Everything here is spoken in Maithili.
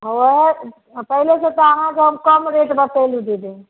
हँ पहिलेसँ तऽ अहाँकेँ हम कम रेट बतैली दीदी